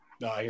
no